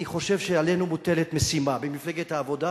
אני חושב שעלינו מוטלת משימה, במפלגת העבודה